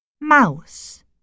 mouse